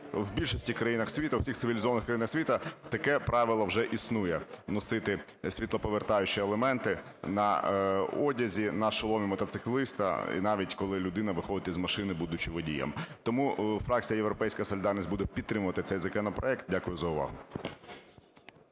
у всіх цивілізованих країнах світу таке правило вже існує - носити світлоповертаючі елементи на одязі, на шоломі мотоцикліста, і навіть коли людина виходить із машини, будучи водієм. Тому фракція "Європейська солідарність" буде підтримувати цей законопроект. Дякую за увагу.